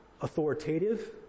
authoritative